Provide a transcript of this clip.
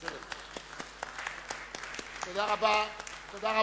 תודה רבה.